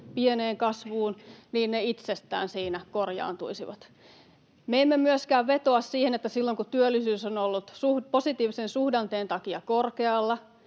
pieneen kasvuun, niin ne itsestään siinä korjaantuisivat. Me emme myöskään vetoa siihen, että silloin kun työllisyys on ollut positiivisen suhdanteen takia korkealla,